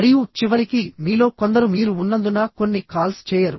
మరియు చివరికి మీలో కొందరు మీరు ఉన్నందున కొన్ని కాల్స్ చేయరు